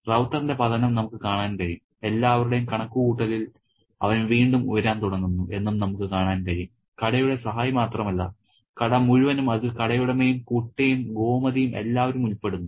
റൌത്തറിന്റെ പതനം നമുക്ക് കാണാൻ കഴിയും എല്ലാവരുടെയും കണക്കുകൂട്ടലിൽ അവൻ വീണ്ടും ഉയരാൻ തുടങ്ങുന്നു എന്നും നമുക്ക് കാണാൻ കഴിയും കടയുടെ സഹായി മാത്രമല്ല കട മുഴുവനും അതിൽ കടയുടമയും കുട്ടിയും ഗോമതിയും എല്ലാവരുമുൾപ്പെടുന്നു